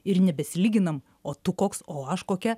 ir nebesilyginam o tu koks o aš kokia